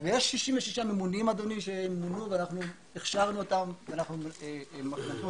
ויש 66 ממונים שמונו ואנחנו הכשרנו אותם מקצועית.